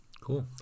Cool